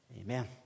Amen